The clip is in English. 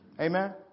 Amen